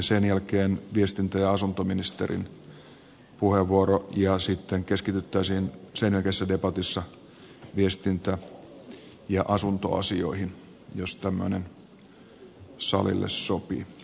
sen jälkeen viestintä ja asuntoministerin puheenvuoro ja sitten keskityttäisiin sen jälkeisessä debatissa viestintä ja asuntoasioihin jos tämmöinen salille sopii